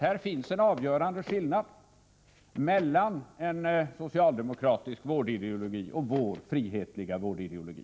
Här finns det en avgörande skillnad mellan en socialdemokratisk vårdideologi och vår frihetliga vårdideologi.